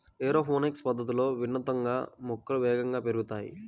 aeroponics పద్ధతిలో వినూత్నంగా మొక్కలు వేగంగా పెరుగుతాయి